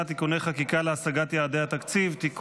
(תיקוני חקיקה להשגת יעדי התקציב) (תיקון,